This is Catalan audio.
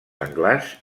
senglars